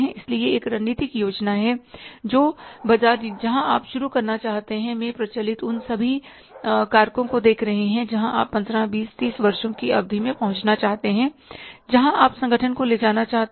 इसलिए यह एक रणनीतिक योजना है जो बाजार जहां आप शुरू करना चाहते हैं में प्रचलित उन सभी कारकों को देख रही है जहां आप पंद्रह बीस तीस वर्षों की अवधि में पहुँचना चाहते हैं जहां आप इस संगठन को ले जाना चाहते हैं